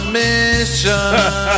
mission